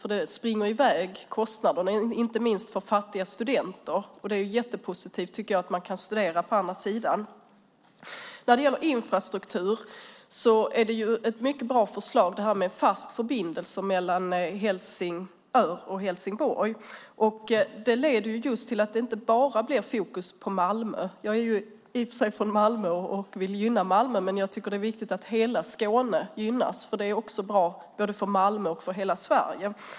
Kostnaderna springer i väg, inte minst för fattiga studenter. Det är positivt att man kan studera på andra sidan Sundet. I fråga om infrastruktur är en fast förbindelse mellan Helsingör och Helsingborg ett bra förslag. Det leder till att det inte bara blir fokus på Malmö. Jag är i och för sig från Malmö och vill gynna Malmö, men jag tycker att det är viktigt att hela Skåne gynnas. Det är bra för både Malmö och hela Sverige.